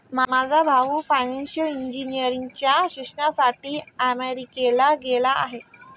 माझा भाऊ फायनान्शियल इंजिनिअरिंगच्या शिक्षणासाठी अमेरिकेला गेला आहे